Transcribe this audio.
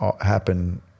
happen